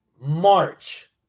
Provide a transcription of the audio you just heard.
March